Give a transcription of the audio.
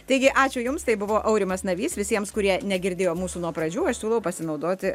taigi ačiū jums tai buvo aurimas navys visiems kurie negirdėjo mūsų nuo pradžių aš siūlau pasinaudoti